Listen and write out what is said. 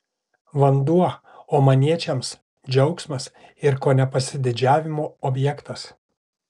vanduo omaniečiams džiaugsmas ir kone pasididžiavimo objektas